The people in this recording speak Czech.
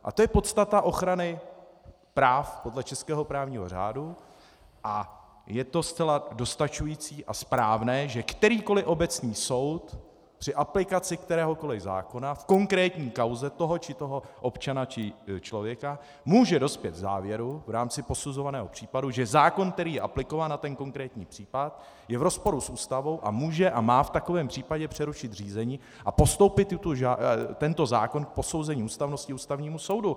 A to je podstata ochrany práv podle českého právního řádu a je to zcela dostačující a správné, že kterýkoliv obecný soud při aplikaci kteréhokoliv zákona v konkrétní kauze toho či onoho občana či člověka může dospět k závěru v rámci posuzovaného případu, že zákon, který je aplikován na ten konkrétní případ, je v rozporu s Ústavou, a může a má v takovém případě přerušit řízení a postoupit tento zákon k posouzení ústavnosti Ústavnímu soudu.